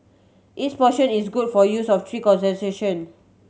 each portion is good for use of three occasion